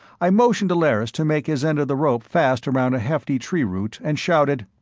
i motioned to lerrys to make his end of the rope fast around a hefty tree-root, and shouted,